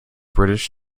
british